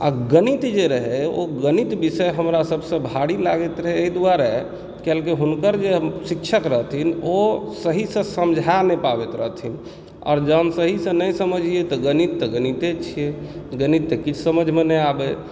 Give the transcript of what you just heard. आ गणित जे रहै ओ गणित विषय हमरा सबसे भारी लागैत रहै एहि दुआरे कियाकि हुनकर जे शिक्षक रहथिन ओ सही से समझाए नहि पाबैत रहथिन आओर जब हम सही से नहि समझिये तऽ गणित ता गणितिये छियै गणित तऽ किछु समझ मे नहि आबै